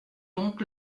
donc